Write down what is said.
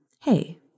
Hey